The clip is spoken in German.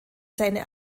seine